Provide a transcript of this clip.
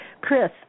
Chris